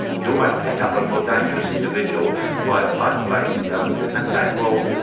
you almost set up a more dangerous individual by isolating them and saying, well,